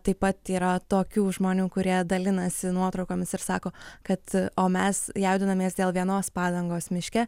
taip pat yra tokių žmonių kurie dalinasi nuotraukomis ir sako kad o mes jaudinamės dėl vienos padangos miške